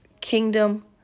kingdom